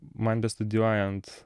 man bestudijuojant